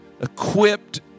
equipped